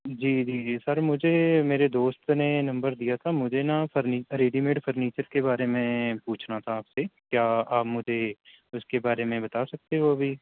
جی جی جی سر مجھے میرے دوست نے نمبر دیا تھا مجھے نا فرنیچر ریڈی میڈ فرنیچر کے بارے میں پوچھنا تھا آپ سے کیا آپ مجھے اس کے بارے میں بتا سکتے ہو ابھی